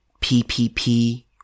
PPP